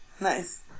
Nice